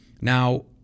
Now